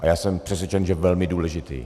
A já jsem přesvědčen, že velmi důležitý.